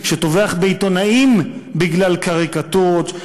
שטובח בעיתונאים בגלל קריקטורות,